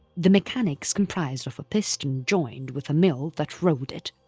the mechanics comprised of a piston joined with a mill that rolled it.